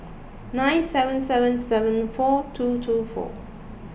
nine seven seven seven four two two four